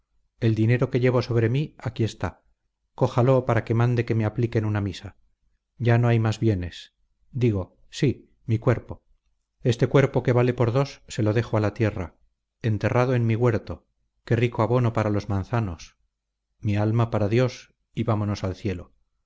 el dinero que llevo sobre mí aquí está cójalo para que mande que me apliquen una misa ya no hay más bienes digo sí mi cuerpo este cuerpo que vale por dos se lo dejo a la tierra enterrado en mi huerto qué rico abono para los manzanos mi alma para dios y vámonos al cielo